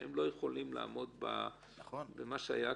שהם לא יכולים לעמוד במה שהיה,